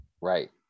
Right